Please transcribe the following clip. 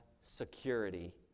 security